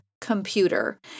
computer